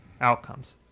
Outcomes